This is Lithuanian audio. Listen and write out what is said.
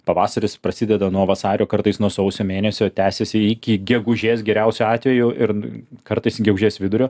pavasaris prasideda nuo vasario kartais nuo sausio mėnesio tęsiasi iki gegužės geriausiu atveju ir kartais gegužės vidurio